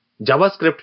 JavaScript